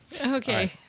Okay